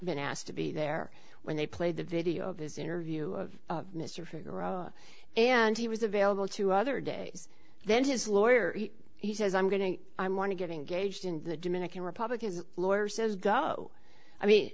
when asked to be there when they played the video of his interview of mr figaro and he was available to other days then his lawyer he says i'm going to i'm want to get engaged in the dominican republic his lawyer says go i mean